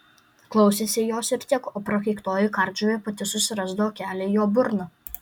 klausėsi jos ir tiek o prakeiktoji kardžuvė pati susirasdavo kelią į jo burną